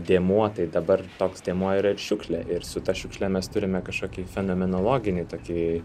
dėmuo tai dabar toks dėmuo yra ir šiukšlė ir su ta šiukšle mes turime kažkokį fenomenologinį tokį